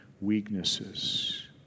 weaknesses